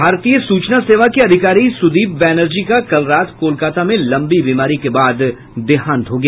भारतीय सूचना सेवा के अधिकारी सूदीप बैनर्जी का कल रात कोलकाता में लंबी बीमारी के बाद देहांत हो गया